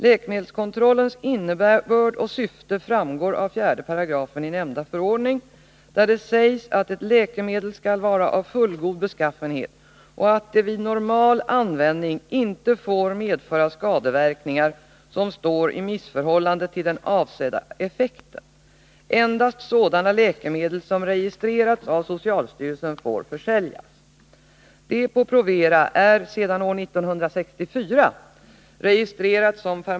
Läkemedelskontrollens innebörd och syfte framgår av 4 § i nämnda förordning, där det sägs att ett läkemedel skall vara av fullgod beskaffenhet och att det vid normal användning inte får medföra skadeverkningar som står i missförhållande till den avsedda effekten. Endast sådana läkemedel som registrerats av socialstyrelsen får försäljas.